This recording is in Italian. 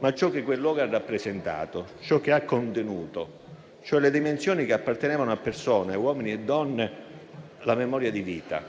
ma ciò che quel luogo ha rappresentato, ciò che ha contenuto, cioè le dimensioni che appartenevano a persone, uomini e donne, la memoria di vita.